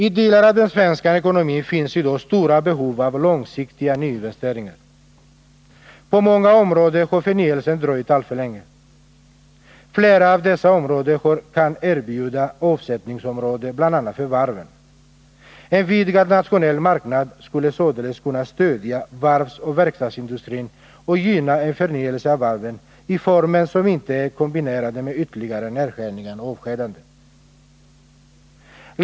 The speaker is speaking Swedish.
I delar av den svenska ekonomin finns i dag stora behov av långsiktiga nyinvesteringar. På många områden har förnyelsen dröjt alltför länge. Flera av dessa områden kan erbjuda avsättningsområden bl.a. för varven. En vidgad nationell marknad skulle således kunna stödja varvsoch verkstadsindustrin och gynna en förnyelse av varven i former som inte är kombinerade med ytterligare nedskärningar och avskedanden.